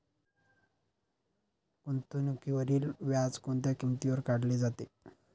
गुंतवणुकीवरील व्याज कोणत्या किमतीवर काढले जाते?